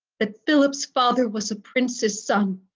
that philip's father was a prince's son,